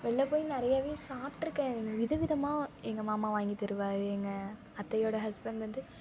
வெளில போய் நிறையாவே சாப்பிட்ருக்கேன் வித விதமாக எங்கள் மாமா வாங்கி தருவார் எங்கள் அத்தையோடய ஹஸ்பெண்ட் வந்து